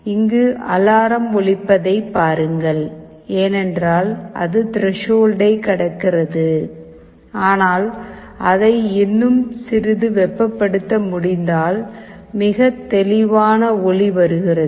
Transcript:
இங்கு அலாரம் ஒலிப்பதைப் பாருங்கள் ஏனென்றால் அது த்ரெஷோல்டை கடக்கிறது ஆனால் அதை இன்னும் சிறிது வெப்பப்படுத்த முடிந்தால் மிக தெளிவான ஒலி வருகிறது